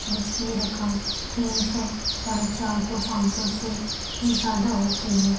جس کی رقم تین سو ساڑھے چار سو پانچ سو سے بھی زیادہ ہوتی ہے